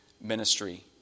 ministry